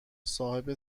صاحب